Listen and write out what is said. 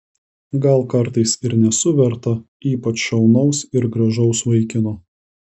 gal kartais ir nesu verta ypač šaunaus ir gražaus vaikino